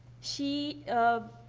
she. um